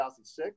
2006